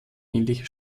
ähnliche